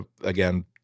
again